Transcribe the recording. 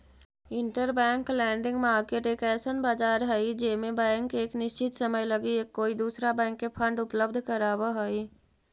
interbank lending market एक अइसन बाजार हई जे में बैंक एक निश्चित समय लगी एक कोई दूसरा बैंक के फंड उपलब्ध कराव हई